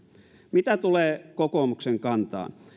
mitä tulee kokoomuksen kantaan